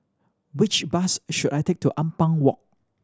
which bus should I take to Ampang Walk